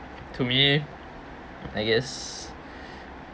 to me I guess